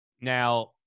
Now